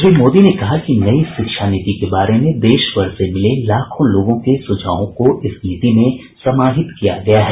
श्री मोदी ने कहा कि नई शिक्षा नीति के बारे में देशभर से मिले लाखों लोगों के सुझावों को इस नीति में समाहित किया गया है